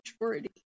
majority